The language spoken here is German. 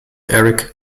eric